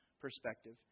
perspective